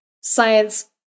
science